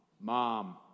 Mom